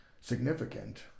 significant